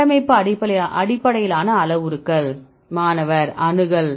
கட்டமைப்பு அடிப்படையிலான அளவுருக்கள் மாணவர் அணுகல்